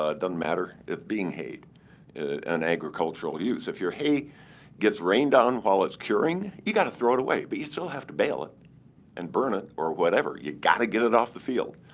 ah doesn't matter. it's being hayed an agricultural use. if your hay gets rained on while it's curing, you've got to throw it away. but you still have to bale it and burn it or whatever. you've got to get it off the field.